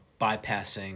bypassing